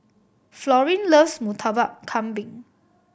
Florine loves Murtabak Kambing